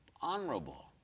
honorable